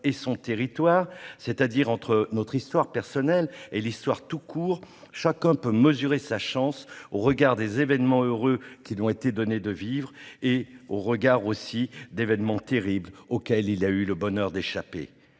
et son territoire, c'est-à-dire entre notre histoire personnelle et l'Histoire tout court, chacun peut mesurer sa chance au regard des événements heureux qui lui ont été donnés de vivre, mais aussi au regard d'événements terribles auxquels il a eu le bonheur d'échapper.